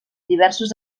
diversos